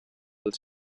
els